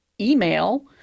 email